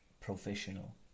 professional